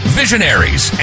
visionaries